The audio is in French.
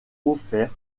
offerts